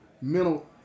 mental